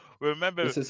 Remember